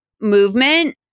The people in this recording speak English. movement